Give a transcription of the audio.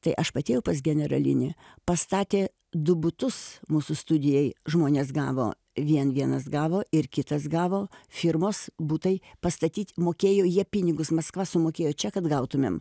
tai aš pati jau pas generalinį pastatė du butus mūsų studijai žmonės gavo vien vienas gavo ir kitas gavo firmos butai pastatyti mokėjo jie pinigus maskva sumokėjo čia kad gautumėm